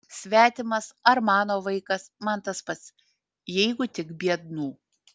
svetimas ar mano vaikas man tas pat jeigu tik biednų